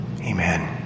Amen